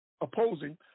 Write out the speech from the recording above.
opposing